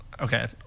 okay